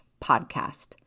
podcast